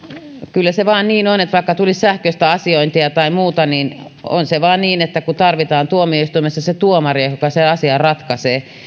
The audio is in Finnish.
kyllä se vain niin on että vaikka tulisi sähköistä asiointia tai muuta niin tarvitaan tuomioistuimessa se tuomari joka sen asian ratkaisee